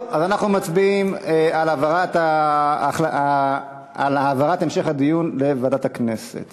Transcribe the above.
אז אנחנו מצביעים על העברת המשך הדיון לוועדת הכנסת